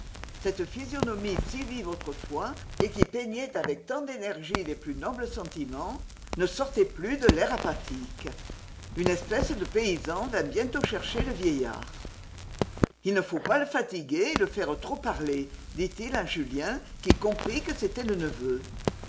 cette physionomie si vive autrefois et qui peignait avec tant d'énergie les plus nobles sentiments ne sortait plus de l'air apathique une espèce de paysan vint bientôt chercher le vieillard il ne faut pas le fatiguer et le faire trop parler dit-il à julien qui comprit que c'était le neveu